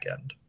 end